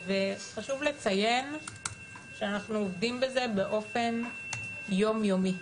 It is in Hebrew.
וחשוב לציין שאנחנו עובדים בזה באופן יום-יומי.